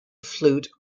flute